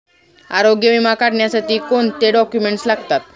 आरोग्य विमा काढण्यासाठी कोणते डॉक्युमेंट्स लागतात?